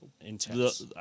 intense